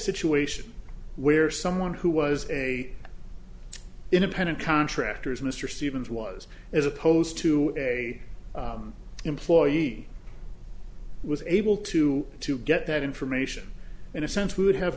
situation where someone who was a independent contractors mr stevens was as opposed to a employee was able to to get that information in a sense we would have